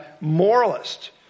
moralist